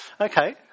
Okay